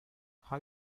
how